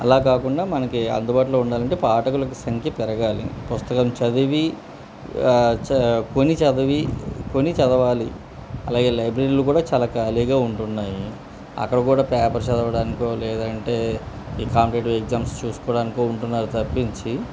అలా కాకుండా మనకి అందుబాటులో ఉండాలంటే పాఠకులకు సంఖ్య పెరగాలి పుస్తకం చదివి చ కొని చదివి కొని చదవాలి అలాగే లైబ్రరీలు కూడా చాలా ఖాళీగా ఉంటున్నాయి అక్కడ కూడా పేపర్ చదవడానికో లేదంటే ఈ కాంపిటేటివ్ ఎగ్జామ్స్ చూసుకోవడానికికో ఉంటున్నారు తప్పించి